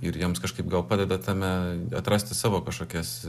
ir jiems kažkaip gal padeda tame atrasti savo kažkokias